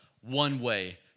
one-way